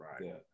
Right